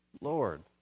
Lord